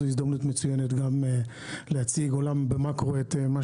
זאת הזדמנות מצוינת גם להציג במקרו את מה